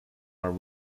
are